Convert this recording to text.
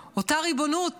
ריבונותנו, אותה ריבונות